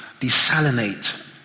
desalinate